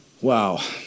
Wow